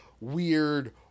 weird